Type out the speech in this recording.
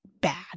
bad